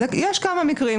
יש כמה מקרים כאלה.